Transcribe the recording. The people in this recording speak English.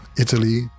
Italy